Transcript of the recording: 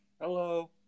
Hello